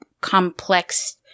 complex